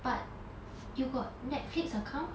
but you got Netflix account